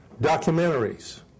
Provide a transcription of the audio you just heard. documentaries